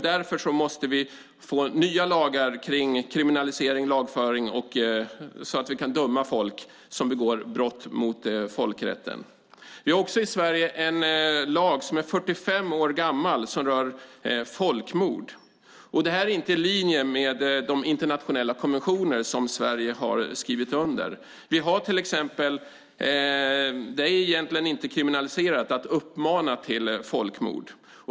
Därför måste vi få nya lagar för kriminalisering och lagföring, så att vi kan döma folk som begår brott mot folkrätten. Vi har i Sverige en 45 år gammal lag som rör folkmord. Det här är inte i linje med de internationella konventioner som Sverige har skrivit under. Till exempel är det egentligen inte kriminaliserat att uppmana till folkmord.